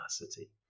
capacity